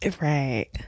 right